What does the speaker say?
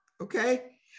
Okay